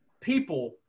people